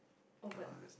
oh but